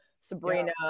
Sabrina